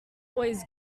always